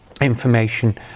information